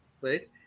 right